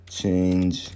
change